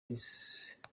rice